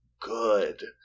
good